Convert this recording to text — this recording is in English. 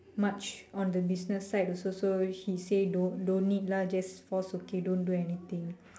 much on the business side also so he say don't don't need lah just force okay don't do anything